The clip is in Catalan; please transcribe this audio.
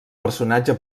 personatge